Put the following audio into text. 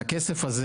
הכסף הזה,